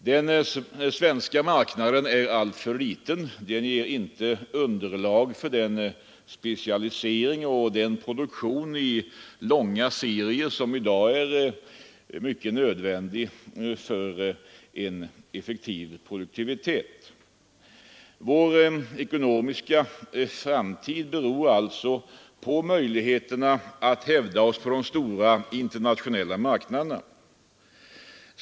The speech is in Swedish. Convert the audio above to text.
Den svenska marknaden är alltför liten och ger inte underlag för den specialisering och den produktion i långa serier som fordras för en effektiv produktion. Vår ekonomiska framtid beror alltså på möjligheterna att hävda oss på de stora internationella marknaderna.